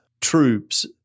troops